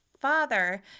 father